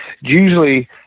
usually